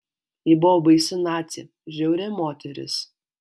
ji buvo baisi nacė žiauri moteris